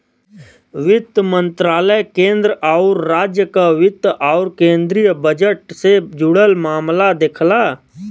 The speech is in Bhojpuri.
वित्त मंत्रालय केंद्र आउर राज्य क वित्त आउर केंद्रीय बजट से जुड़ल मामला देखला